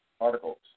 articles